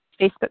Facebook